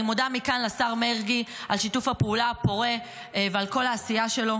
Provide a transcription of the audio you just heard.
אני מודה מכאן לשר מרגי על שיתוף הפעולה הפורה ועל כל העשייה שלו.